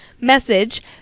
message